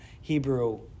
Hebrew